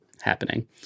happening